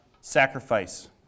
sacrifice